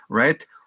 right